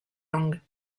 langue